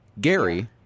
Gary